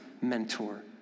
mentor